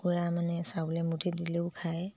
কুকুৰাই মানে চাউল এমুঠি দিলেও খায়